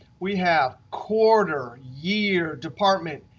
we have quarter, year, department,